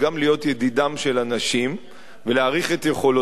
ידידם של אנשים ולהעריך את יכולותיהם,